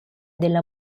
della